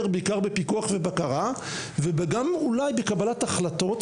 בעיקר בפיקוח ובקרה וגם אולי בקבלת החלטות.